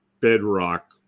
bedrock